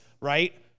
right